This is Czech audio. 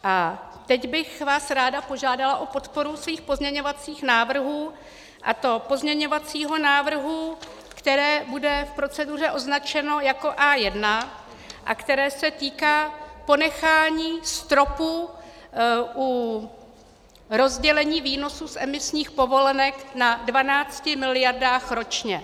A teď bych vás ráda požádala o podporu svých pozměňovacích návrhů, a to pozměňovacího návrhu, který bude v proceduře označen jako A1 a který se týká ponechání stropu u rozdělení výnosů z emisních povolenek na 12 miliardách ročně.